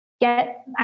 get